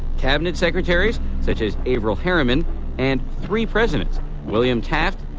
cabinet secretaries such as averell harriman and three presidents william taft,